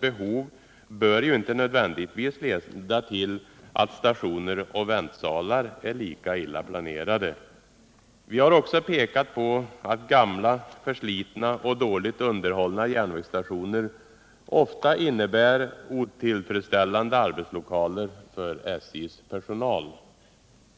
behov bör ju inte nödvändigtvis leda till att stationer och väntsalar är lika illa planerade. Vi har också pekat på att gamla, förslitna och dåligt underhållna järnvägsstationer ofta innebär otillfredsställande arbetslokaler för SJ:s personal.